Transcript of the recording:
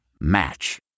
Match